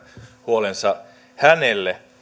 huolensa hänelle